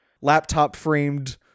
laptop-framed